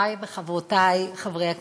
חברי וחברותי חברי הכנסת,